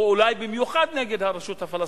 או אולי במיוחד נגד הרשות הפלסטינית.